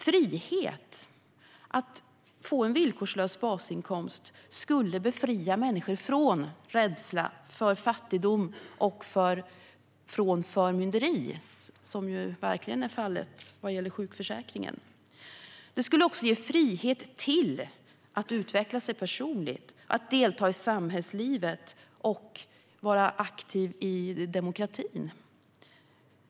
Frihet: att få en villkorslös basinkomst skulle befria människor från rädsla för fattigdom och från förmynderi, vilket ju verkligen är fallet vad gäller sjukförsäkringen. Det skulle också ge frihet att utveckla sig personligt, att delta i samhällslivet och att vara aktiv i demokratin.